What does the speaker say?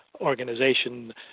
organization